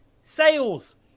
sales